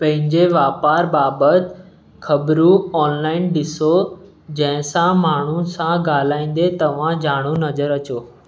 पंहिंजे वापारु बाबति ख़बरू ऑनलाइन ॾिसो जंहिंसां माण्हुनि सां ॻाल्हाईंदे तवां ॼाण नज़र अचो